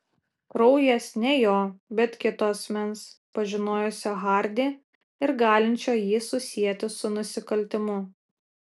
kraujas ne jo bet kito asmens pažinojusio hardį ir galinčio jį susieti su nusikaltimu